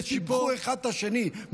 ושיבחו אחד את השני,